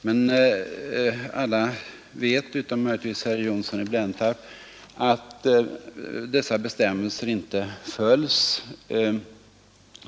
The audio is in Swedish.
Men alla vet utom möjligtvis herr Johnsson i Blentarp att dessa bestämmelser inte följs.